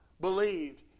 believed